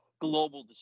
global